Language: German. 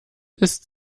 ist